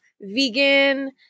vegan